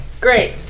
Great